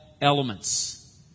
elements